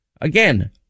again